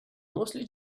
mostly